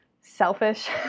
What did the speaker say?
selfish